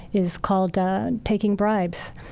is called ah taking bribes.